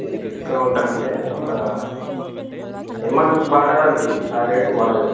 discount అంటే ఒక ఏమి మాకు పడదు అండి ఆ రేటు పడదు